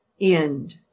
end